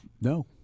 No